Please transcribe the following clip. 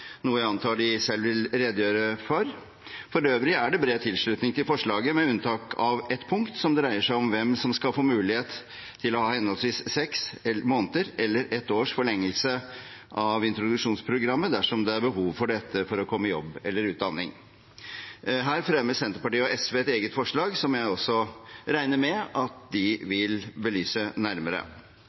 noe jeg antar de selv vil redegjøre for. For øvrig er det bred tilslutning til forslaget, med unntak av ett punkt, som dreier seg om hvem som skal få mulighet til å ha henholdsvis seks måneders eller ett års forlengelse av introduksjonsprogrammet dersom det er behov for dette for å komme i jobb eller utdanning. Her fremmer Senterpartiet og SV et eget forslag, som jeg også regner med at de vil belyse nærmere